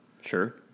Sure